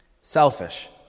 Selfish